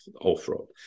off-road